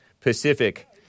Pacific